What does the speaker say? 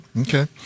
okay